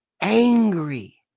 angry